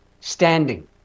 standing